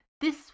This